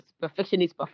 perfectionist